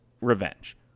revenge